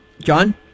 John